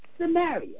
Samaria